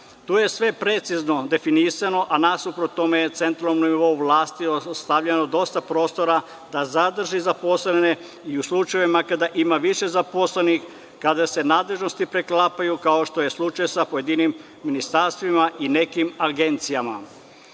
To je sve precizno definisano, a nasuprot tome je centralnom nivou vlasti ostavljeno dosta prostora da zadrži zaposlene i u slučajevima kada ima više zaposlenih, kada se nadležnosti preklapaju, kao što je slučaj sa pojedinim ministarstvima i nekim agencijama. Kada